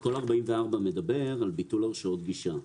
כל סעיף 44 מדבר על ביטול הרשאות גישה.